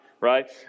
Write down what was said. right